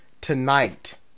tonight